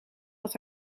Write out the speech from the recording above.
dat